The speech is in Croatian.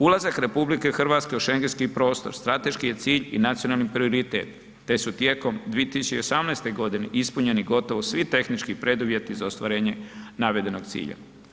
Ulazak RH u šengenski prostor strateški je cilj i nacionalni prioritet, te su tijekom 2018.g. ispunjeni gotovo svi tehnički preduvjeti za ostvarenje navedenog cilja.